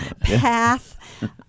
path